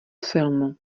filmu